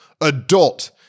adult